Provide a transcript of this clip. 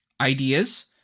ideas